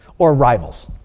or rivals.